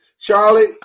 Charlie